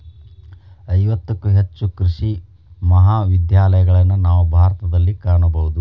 ಐವತ್ತಕ್ಕೂ ಹೆಚ್ಚು ಕೃಷಿ ಮಹಾವಿದ್ಯಾಲಯಗಳನ್ನಾ ನಾವು ಭಾರತದಲ್ಲಿ ಕಾಣಬಹುದು